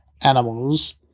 animals